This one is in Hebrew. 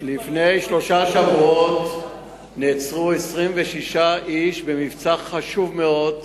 לפני שלושה שבועות נעצרו 26 איש במבצע חשוב מאוד,